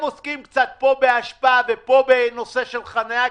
הם עוסקים קצת פה באשפה ופה בנושא של חניה,